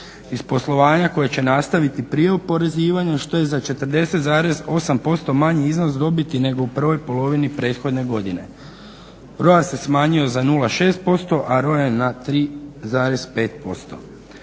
iz poslovanja koje će nastaviti prije oporezivanja što je za 40,8% manji iznos dobiti nego u prvoj polovni prethodne godine. … se smanjio za 0,6% a … 3,5%.